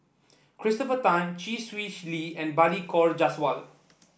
Christopher Tan Chee Swee Lee and Balli Kaur Jaswal